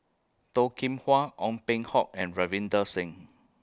Toh Kim Hwa Ong Peng Hock and Ravinder Singh